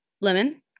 lemon